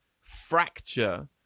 fracture